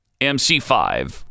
MC5